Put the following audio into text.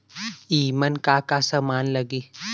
ईमन का का समान लगी?